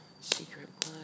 Secret